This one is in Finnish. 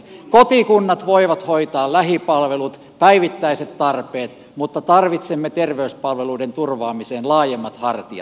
kotikunnat voivat hoitaa lähipalvelut päivittäiset tarpeet mutta tarvitsemme terveyspalveluiden turvaamiseen laajemmat hartiat